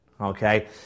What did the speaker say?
Okay